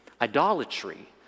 idolatry